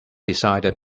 decided